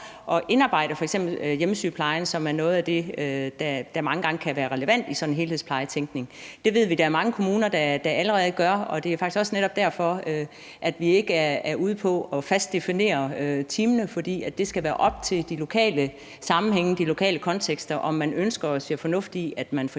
at indarbejde f.eks. hjemmesygeplejen, som er noget af det, der mange gange kan være relevant i sådan en helhedsplejetænkning. Det ved vi at der er mange kommuner der allerede gør, og det er faktisk også netop derfor, at vi ikke er ude på fast at definere teamene, for det skal være op til de lokale sammenhænge, de lokale kontekster, om man ønsker og ser fornuft i, at man f.eks. har hjemmesygeplejen